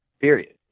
period